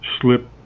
slip